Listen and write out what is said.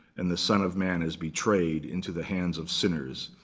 and the son of man is betrayed into the hands of sinners.